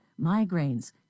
migraines